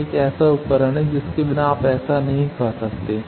यह एक ऐसा उपकरण है जिसके बिना आप ऐसा नहीं कर सकते